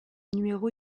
numéro